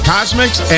Cosmics